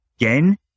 again